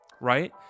right